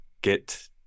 get